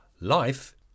Life